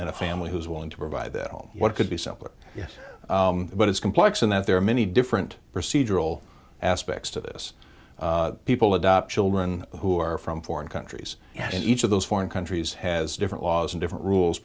and a family who's willing to provide that home what could be simpler yes but it's complex in that there are many different procedural aspects to this people adopt children who are from foreign countries and each of those foreign countries has different laws and different rules